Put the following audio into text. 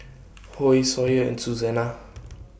Hoy Sawyer and Susanna